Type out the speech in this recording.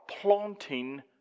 planting